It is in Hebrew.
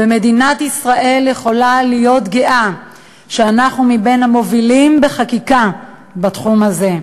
ומדינת ישראל יכולה להיות גאה שאנחנו בין המובילים בחקיקה בתחום הזה.